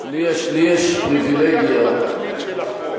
בתכלית של החוק,